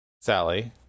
Sally